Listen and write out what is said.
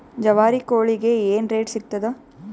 ಜವಾರಿ ಕೋಳಿಗಿ ಏನ್ ರೇಟ್ ಸಿಗ್ತದ?